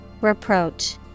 Reproach